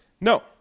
No